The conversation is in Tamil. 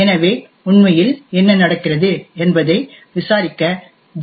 எனவே உண்மையில் என்ன நடக்கிறது என்பதை விசாரிக்க ஜி